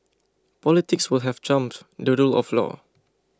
politics will have trumped the rule of law